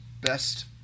best